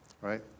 Right